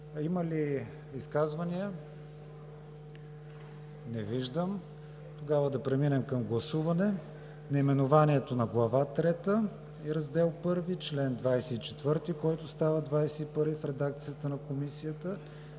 Има ли изказвания? Не виждам. Да преминем към гласуване: наименованието на Глава III и Раздел I; чл. 24, който става чл. 21 в редакцията на Комисията;